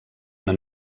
una